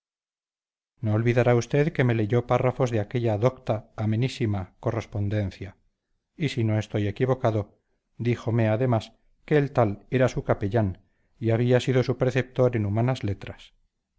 no olvidará usted que me leyó párrafos de aquella docta amenísima correspondencia y si no estoy equivocado díjome además que el tal era su capellán y había sido su preceptor en humanas letras